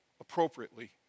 appropriately